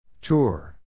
Tour